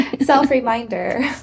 Self-reminder